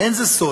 "אין זה סוד